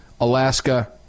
Alaska